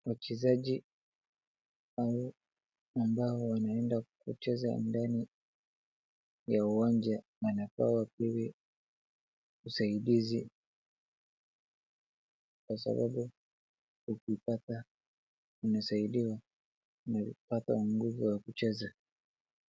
Wachezaji hao ambao wanaenda kucheza ndani ya uwanja wanapewa usaidizi kwa sababu ukipata unasaidiwa unapata nguvu ya kucheza.